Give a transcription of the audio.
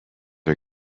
are